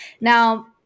Now